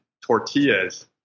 tortillas